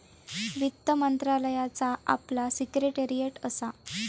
वित्त मंत्रालयाचा आपला सिक्रेटेरीयेट असा